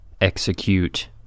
execute